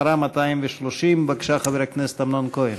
מספרה 230. בבקשה, חבר הכנסת אמנון כהן.